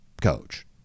coach